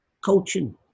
Coaching